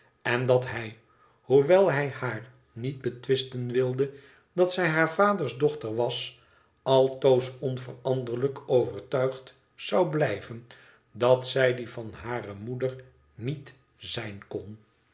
en dat hij hoewel hij haar niet betwisten wilde dat zij haar vaders dochter was altoos onveranderlijk overtuigd zou blijven dat zij die van hare moeder niet zijn kon